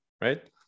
Right